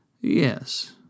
Yes